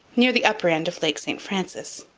near the upper end of lake st francis,